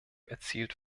erzielt